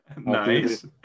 Nice